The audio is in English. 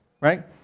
right